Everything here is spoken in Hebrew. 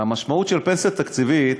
המשמעות של פנסיה תקציבית,